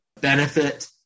benefit